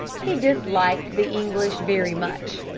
he disliked the english very much.